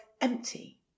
empty